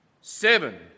Seven